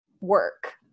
work